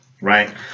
right